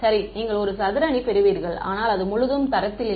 சரி நீங்கள் ஒரு சதுர அணி பெறுவீர்கள் ஆனால் அது முழு தரத்தில் இல்லை